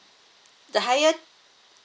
the higher